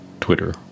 twitter